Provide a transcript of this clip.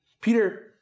Peter